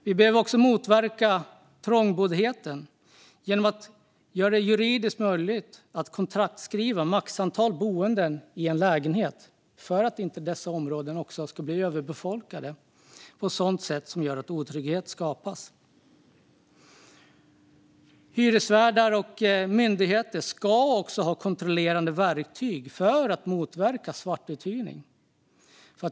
Vi behöver också motverka trångboddhet genom att göra det juridiskt möjligt att kontraktskriva om ett maxantal boende i en lägenhet - detta för att dessa områden inte ska bli överbefolkade på ett sätt som skapar otrygghet. Hyresvärdar och myndigheter ska ha kontrollerande verktyg för att motverka svartuthyrning.